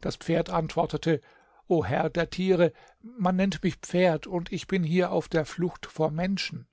das pferd antwortete o herr der tiere man nennt mich pferd und ich bin hier auf der flucht vor menschen